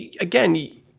again